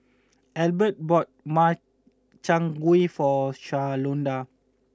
Elbert bought Makchang Gui for Shalonda